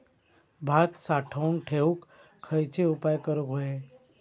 भात साठवून ठेवूक खयचे उपाय करूक व्हये?